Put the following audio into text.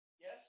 Yes